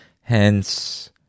Hence